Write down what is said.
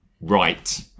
right